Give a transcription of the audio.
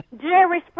Jerry